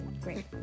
Great